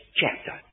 chapter